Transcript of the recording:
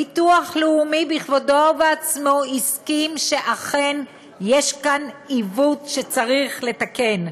ביטוח לאומי בכבודו ובעצמו הסכים שאכן יש כאן עיוות שצריך לתקן.